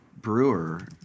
Brewer